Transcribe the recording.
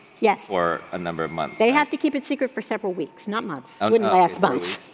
yes. for a number of months. they have to keep it secret for several weeks, not months. wouldn't last months.